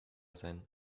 sein